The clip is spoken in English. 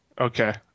Okay